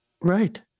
right